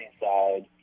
side